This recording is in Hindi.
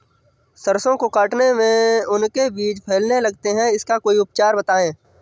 सरसो को काटने में उनके बीज फैलने लगते हैं इसका कोई उपचार बताएं?